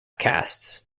castes